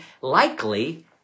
likely